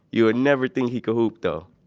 you would never think he could hoop though